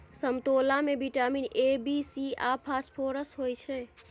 समतोला मे vitamin A, B, C आ फास्फोरस होइ छै